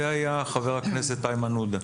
זה היה חבר הכנסת איימן עודה.